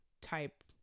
type